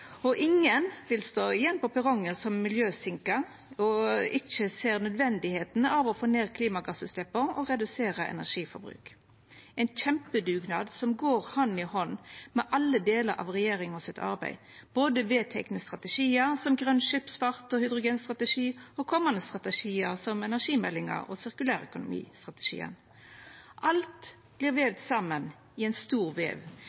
Ingen vil stå igjen på perrongen som miljøsinke og ikkje sjå at det er nødvendig å få ned klimagassutsleppa og redusera energiforbruket. Det er ein kjempedugnad som går hand i hand med alle delar av regjeringa sitt arbeid, både vedtekne strategiar – som grøn skipsfart og hydrogenstrategi – og komande strategiar, som energimeldinga og sirkulærøkonomistrategien. Alt vert vove saman i ein stor vev,